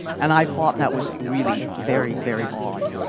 and i thought that was really very, very odd.